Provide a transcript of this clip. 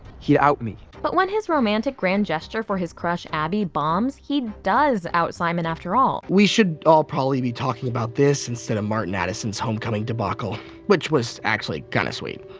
he'd out me. but when his romantic grand gesture for his crush abby bombs, he does out simon after all. we should all probably be talking about this instead of martin addison's homecoming debacle which was actually kind of sweet,